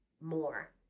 more